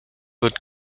wird